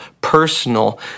personal